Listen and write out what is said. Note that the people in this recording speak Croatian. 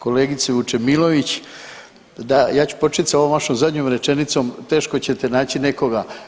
Kolegice Vučemiliović, da ja ću početi sa ovom vašom zadnjom rečenicom, teško ćete naći nekoga.